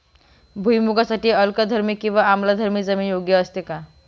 भुईमूगासाठी अल्कधर्मी किंवा आम्लधर्मी जमीन योग्य असते का?